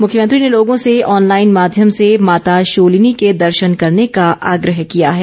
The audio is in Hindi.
मुख्यमंत्री ने लोगों से ऑनलाईन माध्यम से माता शूलिनी के दर्शन करने का आग्रह किया है